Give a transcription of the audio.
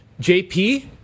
JP